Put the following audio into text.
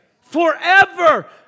Forever